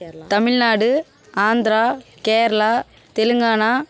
Tamil Nadu Andhra Kerala Telangana